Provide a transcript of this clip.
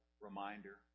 reminder